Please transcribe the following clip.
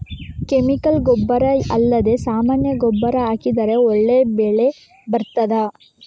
Chemical ಗೊಬ್ಬರ ಅಲ್ಲದೆ ಸಾಮಾನ್ಯ ಗೊಬ್ಬರ ಹಾಕಿದರೆ ಒಳ್ಳೆ ಬೆಳೆ ಬರ್ತದಾ?